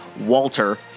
Walter